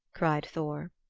cried thor.